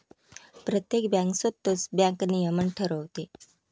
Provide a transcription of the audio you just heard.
प्रत्येक बँक स्वतःच बँक नियमन ठरवते